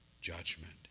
judgment